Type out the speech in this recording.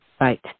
right